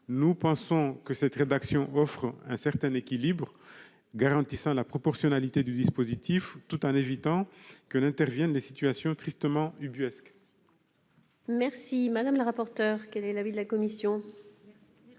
Nous pensons que cette rédaction offre un certain équilibre garantissant la proportionnalité du dispositif, tout en évitant que n'interviennent des situations tristement ubuesques.